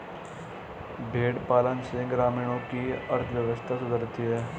भेंड़ पालन से ग्रामीणों की अर्थव्यवस्था सुधरती है